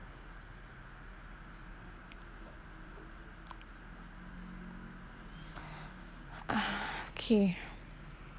kay